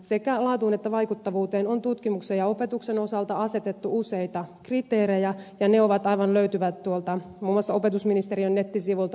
sekä laatuun että vaikuttavuuteen on tutkimuksen ja opetuksen osalta asetettu useita kriteerejä ja ne löytyvät muun muassa opetusministeriön nettisivuilta